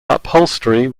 upholstery